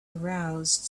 aroused